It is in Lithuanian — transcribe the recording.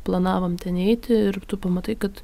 planavom ten eiti ir tu pamatai kad